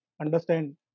understand